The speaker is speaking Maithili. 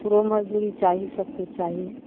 ओकरो मजदूरी चाही सबकिछु चाही